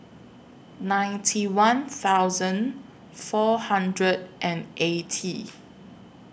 ninety one thousand four hundred and eighty